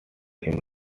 him